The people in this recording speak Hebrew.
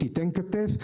תיתן כתף,